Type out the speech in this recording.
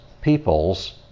peoples